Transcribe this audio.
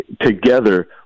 together